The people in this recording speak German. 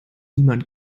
niemand